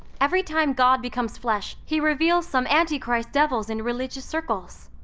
every time god becomes flesh, he reveals some antichrists, devils in religious circles.